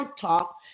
talk